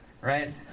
right